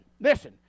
listen